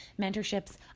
mentorships